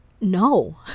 No